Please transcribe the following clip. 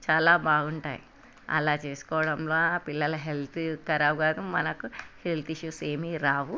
చాలా బాగుంటాయి అలా చేసుకోవడంలో ఆ పిల్లలు హెల్త్ కరాబ్ కాదు మనకు హెల్త్ ఇస్యూస్ ఏమి రావు